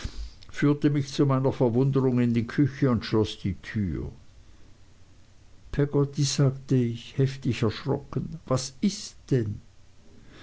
führte mich zu meiner verwunderung in die küche und schloß die tür peggotty sagte ich heftig erschrocken was ist denn